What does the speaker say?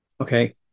okay